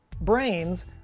Brains